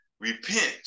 repent